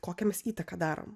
kokią mes įtaką darom